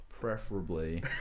preferably